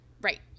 right